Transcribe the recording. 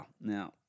Now